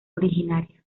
originaria